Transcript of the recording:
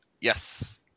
Yes